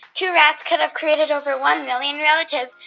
two rats could've created over one million relatives.